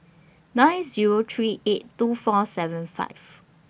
nine Zero three eight two four seven five